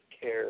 care